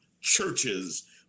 churches